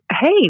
Hey